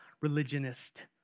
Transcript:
religionist